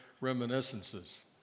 reminiscences